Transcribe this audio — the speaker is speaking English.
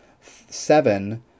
seven